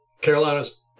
Carolinas